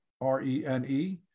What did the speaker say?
R-E-N-E